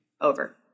Over